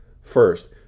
First